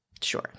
Sure